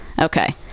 Okay